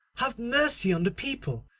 have mercy on the people.